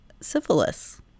syphilis